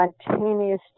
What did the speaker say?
spontaneous